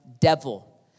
devil